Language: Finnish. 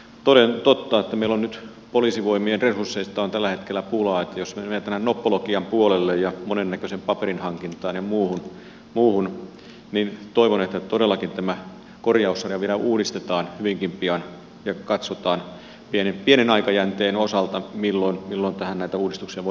toden totta meillä on nyt poliisivoimien resursseista tällä hetkellä pulaa että jos mennään knoppologian puolelle ja monennäköisen paperin hankintaan ja muuhun niin toivon että todellakin tämä korjaussarja vielä uudistetaan hyvinkin pian ja katsotaan pienen aikajänteen osalta milloin tähän näitä uudistuksia voitaisiin tehdä